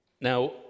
Now